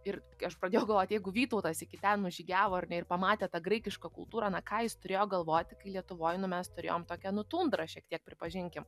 ir kai aš pradėjau galvot jeigu vytautas iki ten nužygiavo ar ne ir pamatė tą graikišką kultūrą na ką jis turėjo galvoti kai lietuvoj nu mes turėjom tokią nu tundrą šiek tiek pripažinkim